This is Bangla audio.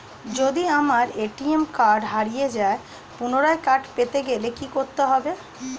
যদি আমার এ.টি.এম কার্ড হারিয়ে যায় পুনরায় কার্ড পেতে গেলে কি করতে হবে?